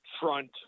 front